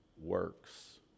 works